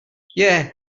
yeah